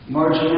March